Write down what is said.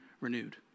renewed